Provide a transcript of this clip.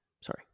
Sorry